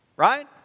Right